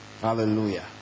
Hallelujah